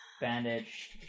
bandage